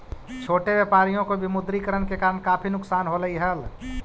छोटे व्यापारियों को विमुद्रीकरण के कारण काफी नुकसान होलई हल